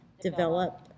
develop